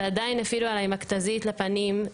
ועדיין הפעילו עליי מכת"זית לפנים,